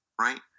right